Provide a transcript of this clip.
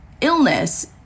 illness